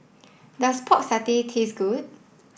does Pork Satay taste good